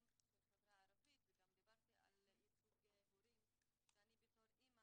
של חברה ערבית וגם דיברתי על ייצוג הורים כשאני כאימא